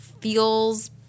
feels